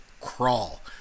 crawl